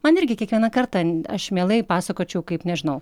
man irgi kiekvieną kartą aš mielai pasakočiau kaip nežinau